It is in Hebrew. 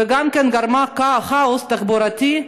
וגם גרמה כאוס תחבורתי,